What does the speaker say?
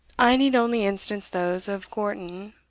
i need only instance those of gorton,